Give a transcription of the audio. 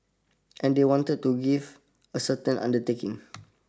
and they wanted to give a certain undertaking